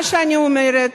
מה שאני אומרת,